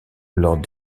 lors